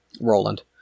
Roland